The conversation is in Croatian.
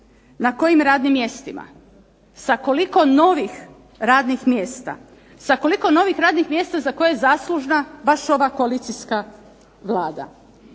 na kojim radnim mjestima, sa koliko novih radnih mjesta, sa koliko novih radnih mjesta za koje je zaslužna baš ova koalicijska Vlada.